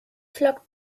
flockt